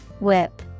Whip